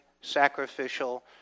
sacrificial